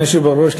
אדוני היושב-בראש,